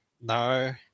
No